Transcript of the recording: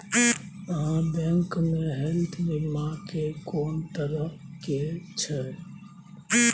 आहाँ बैंक मे हेल्थ बीमा के कोन तरह के छै?